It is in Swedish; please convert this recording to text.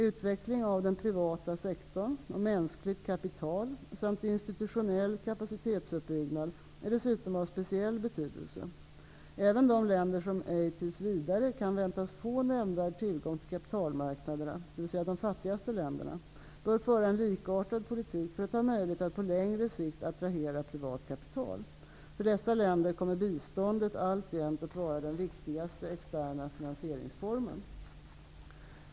Utveckling av den privata sektorn och mänskligt kapital samt institutionell kapacitetsuppbyggnad är dessutom av speciell betydelse. Även de länder som ej tills vidare kan väntas få nämnvärd tillgång till kapitalmarknaderna, dvs. de fattigaste länderna, bör föra en likartad politik för att ha möjlighet att på längre sikt attrahera privat kapital. För dessa länder kommer biståndet alltjämt att vara den viktigaste externa finansieringsformen.